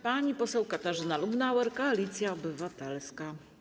Pani poseł Katarzyna Lubnauer, Koalicja Obywatelska.